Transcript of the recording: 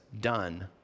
done